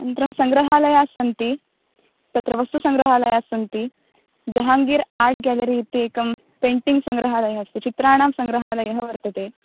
अनन्तरं सङ्ग्रहालयाः सन्ति तत्र वस्तु सङ्ग्रहालयाः सन्ति जहांगीर् आर्ट् गेलरी इति एकं पेन्टिङ्ग् सङ्ग्रहालयः अस्ति चित्राणां सङ्ग्रहालयः वर्तते